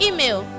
Email